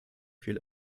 viel